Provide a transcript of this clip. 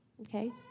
Okay